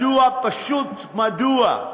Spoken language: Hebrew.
מדוע, פשוט מדוע?